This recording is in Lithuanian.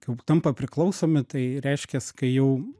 kai jau tampa priklausomi tai reiškias kai jau